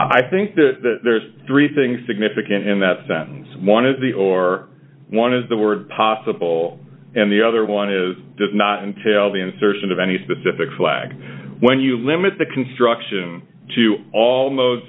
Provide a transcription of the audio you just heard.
i think that there's three things significant in that sentence one is the or one is the word possible and the other one is does not entail the insertion of any specific flag when you limit the construction to al